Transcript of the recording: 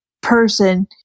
person